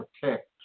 protect